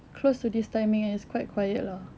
close to this timing and it's quite quiet lah